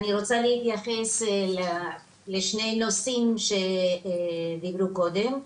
אני רוצה להתייחס לשני נושאים שדיברו קודם,